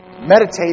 Meditate